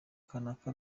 kanaka